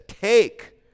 take